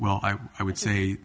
well i would say